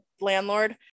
landlord-